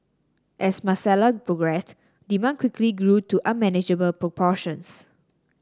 as Marcella progressed demand quickly grew to unmanageable proportions